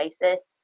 basis